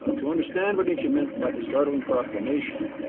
ah to understand what nietzsche meant by the startling proclamation,